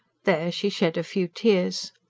there she shed a few tears.